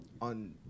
on